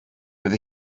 bydd